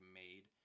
made